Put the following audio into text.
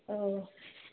औ